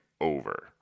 over